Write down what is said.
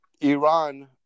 Iran